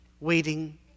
waiting